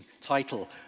title